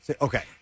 Okay